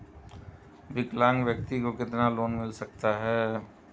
विकलांग व्यक्ति को कितना लोंन मिल सकता है?